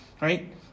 Right